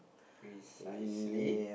precisely